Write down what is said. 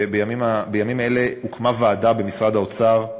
ובימים אלה הוקמה ועדה במשרד האוצר,